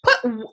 put